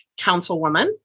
Councilwoman